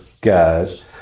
guys